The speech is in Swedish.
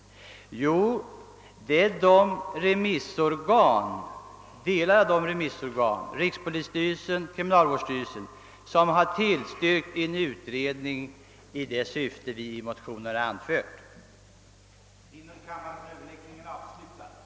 Jo, det är de remissorgan — rikspolisstyrelsen och kriminalvårdsstyrelsen — som tillstyrkt den utredning vi i motionen föreslagit.